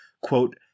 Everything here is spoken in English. quote